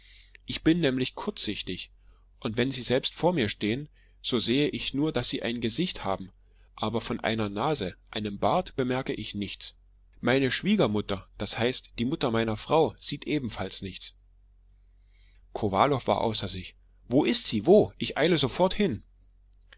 ich bin nämlich kurzsichtig und wenn sie selbst vor mir stehen so sehe ich nur daß sie ein gesicht haben aber von einer nase einem bart bemerke ich nichts meine schwiegermutter das heißt die mutter meiner frau sieht ebenfalls nichts kowalow war außer sich wo ist sie wo ich eile sofort hin